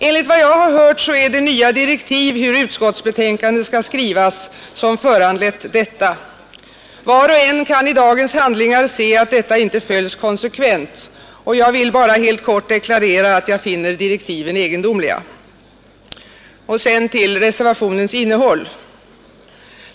Enligt vad jag hört är det nya direktiv för hur utskottsbetänkanden skall skrivas som föranlett detta. Var och en kan i dagens handlingar se att dessa inte följs konsekvent. Jag vill helt kort deklarera att jag finner direktiven egendomliga. Och sedan till reservationens innehåll.